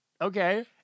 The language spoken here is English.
Okay